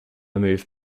moved